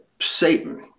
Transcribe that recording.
Satan